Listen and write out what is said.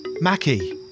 Mackie